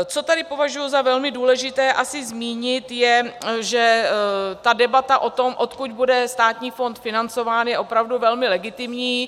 Co tady považuji za velmi důležité asi zmínit, je, že debata o tom, odkud bude státní fond financován, je opravdu velmi legitimní.